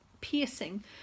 piercing